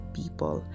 people